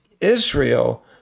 Israel